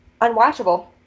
unwatchable